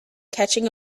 catching